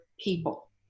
people